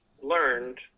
learned